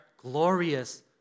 glorious